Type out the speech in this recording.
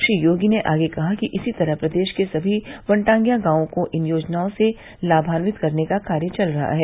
श्री योगी ने आगे कहा कि इसी तरह प्रदेश के सभी वनटांगियां गांवों को इन योजनाओं से लाभान्वित करने का कार्य चल रहा है